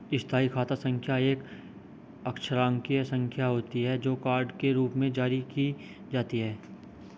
स्थायी खाता संख्या एक अक्षरांकीय संख्या होती है, जो कार्ड के रूप में जारी की जाती है